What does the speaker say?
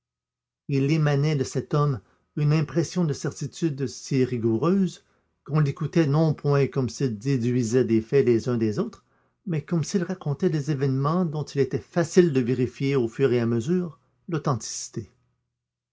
il émanait de cet homme une impression de certitude si rigoureuse qu'on l'écoutait non point comme s'il déduisait des faits les uns des autres mais comme s'il racontait des événements dont il était facile de vérifier au fur et à mesure l'authenticité